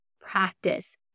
practice